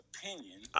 Opinion